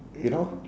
you know